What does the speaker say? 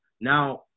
Now